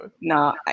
No